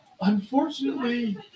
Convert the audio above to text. unfortunately